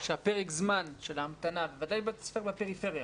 שפרק הזמן של ההמתנה ודאי בהקשר לפריפריה